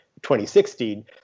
2016